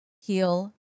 Heal